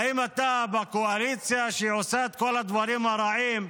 האם אתה בקואליציה שעושה את כל הדברים הרעים,